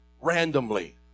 randomly